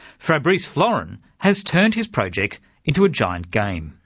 fabrice florin has turned his project into a giant game.